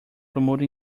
promote